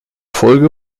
folge